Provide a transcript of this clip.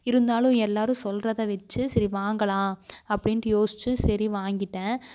இருந்தாலும் எல்லாேரும் சொல்கிறத வெச்சு சரி வாங்கலாம் அப்படின்ட்டு யோசித்து சரி வாங்கிவிட்டேன்